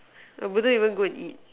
I wouldn't even go and eat